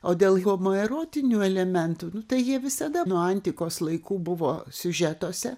o dėl homoerotinių elementų tai jie visada nuo antikos laikų buvo siužetuose